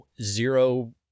zero